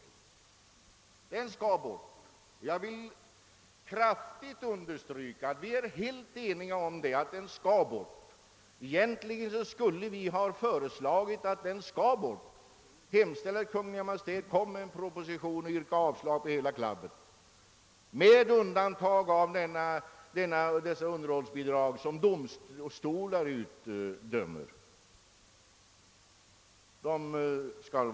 Jag vill kraftigt understryka att vi är helt eniga därom. Egentligen skulle vi ha hemställt, att Kungl. Maj:t lade fram en proposition om att avdragsrätten toges bort, med undantag för de underhållsbidrag som utdöms av domstolar.